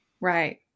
Right